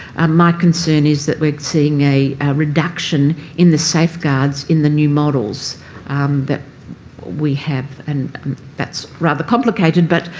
and my concern is that we're seeing a reduction in the safeguards in the new models that we have and that's rather complicated but